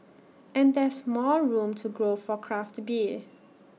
and there's more room to grow for craft beer